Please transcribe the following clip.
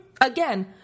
Again